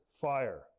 fire